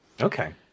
Okay